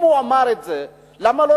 אם הוא אמר את זה, למה לא